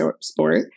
sport